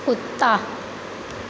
कुत्ता